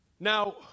Now